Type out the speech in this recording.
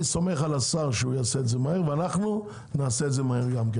סומך על השר שהוא יעשה את זה מהר ואנחנו נעשה את זה מהר גם כן,